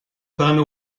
permet